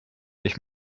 ich